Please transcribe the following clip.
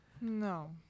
No